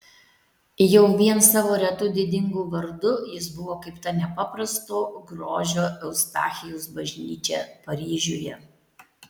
jau vien savo retu didingu vardu jis buvo kaip ta nepaprasto grožio eustachijaus bažnyčia paryžiuje